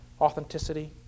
authenticity